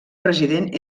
president